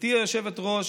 גברתי היושבת-ראש,